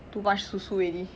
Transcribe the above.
too much susu already